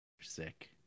sick